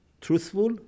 truthful